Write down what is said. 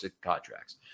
contracts